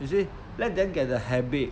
you see let them get the habit